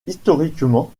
historiquement